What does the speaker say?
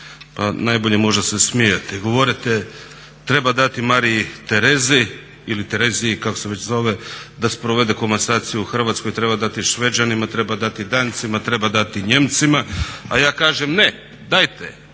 pa najbolje možda se smijati. Govorite treba dati Mariji Terezi ili Tereziji kako se već zove da sprovede komasaciju u Hrvatskoj, treba dati Šveđanima, treba dati Dancima, treba dati Nijemcima, a ja kažem ne, dajte